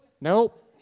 Nope